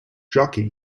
jockey